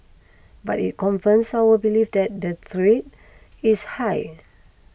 but it confirms our belief that the threat is high